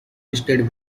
listed